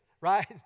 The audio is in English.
right